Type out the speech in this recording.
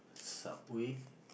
Subway